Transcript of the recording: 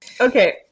Okay